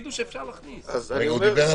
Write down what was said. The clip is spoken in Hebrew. אני מדבר על